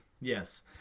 Yes